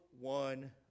one